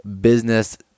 business